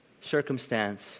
circumstance